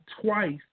Twice